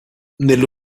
nello